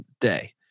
day